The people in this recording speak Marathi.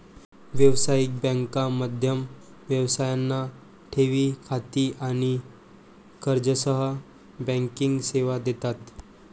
व्यावसायिक बँका मध्यम व्यवसायांना ठेवी खाती आणि कर्जासह बँकिंग सेवा देतात